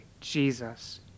Jesus